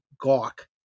gawk